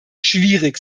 schwierig